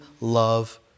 love